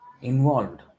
involved